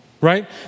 right